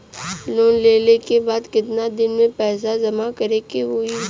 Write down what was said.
Loan लेले के बाद कितना दिन में पैसा जमा करे के होई?